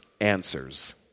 answers